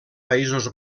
països